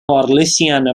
luciano